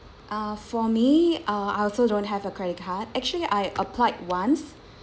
ah for me uh I also don't have a credit card actually I applied once